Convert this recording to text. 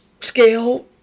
Scale